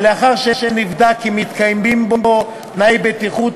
ולאחר שנבדק כי מתקיימים בו תנאי בטיחות